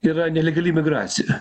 yra nelegali migracija